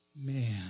man